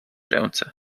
ręce